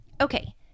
okay